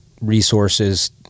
resources